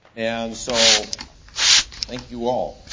and so thank you all.